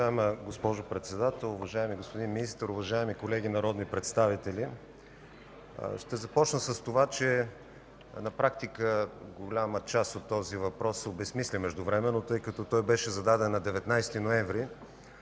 Уважаема госпожо Председател, уважаеми господин Министър, уважаеми колеги народни представители! Ще започна с това, че на практика голяма част от този въпрос се обезсмисля междувременно, тъй като той беше зададен на 19 ноември,